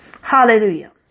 Hallelujah